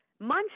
months